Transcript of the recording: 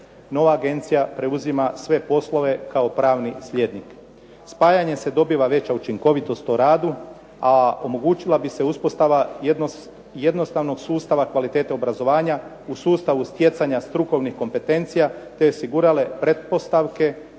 Nova agencija preuzima sve poslove kao pravni sljednik. Spajanjem se dobiva veća učinkovitost u radu, a omogućila bi se uspostava jednostavnog sustava kvalitete obrazovanja u sustavu stjecanja strukovnih kompetencija, te osigurale pretpostavke